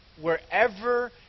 Wherever